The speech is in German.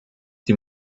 die